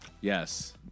Yes